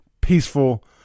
peaceful